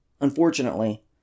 Unfortunately